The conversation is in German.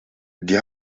die